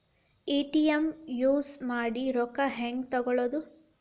ATM use ಮಾಡಿ ರೊಕ್ಕ ಹೆಂಗೆ ತಕ್ಕೊಳೋದು?